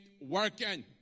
working